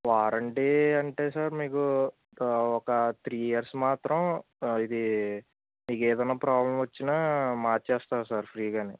warranty అంటే sir మీకు ఒక త్రీ ఇయర్స్ మాత్రం ఇది మీకు ఏదన్న ప్రాబ్లమ్ వచ్చిన మార్చేస్తారు సార్ ఫ్రీగా